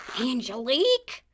Angelique